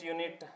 Unit